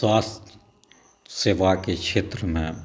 स्वास्थय सेवा के क्षेत्रमे